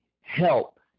help